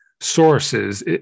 sources